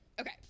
Okay